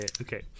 okay